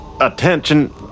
attention